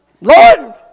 Lord